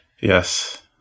Yes